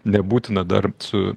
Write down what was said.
nebūtina dar su